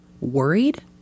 worried